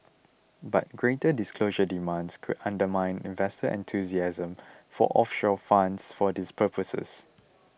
but greater disclosure demands could undermine investor enthusiasm for offshore funds for these purposes